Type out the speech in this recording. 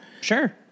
Sure